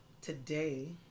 today